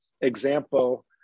example